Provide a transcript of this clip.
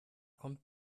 kommt